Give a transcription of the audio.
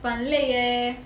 but 很累 leh